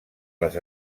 les